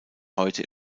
heute